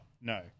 no